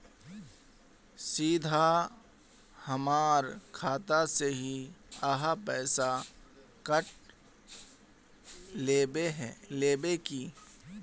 सीधा हमर खाता से ही आहाँ पैसा काट लेबे की?